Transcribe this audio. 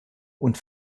und